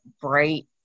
bright